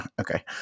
okay